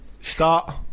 Start